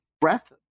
breath